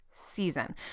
Season